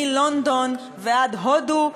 מלונדון ועד הודו,